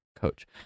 coach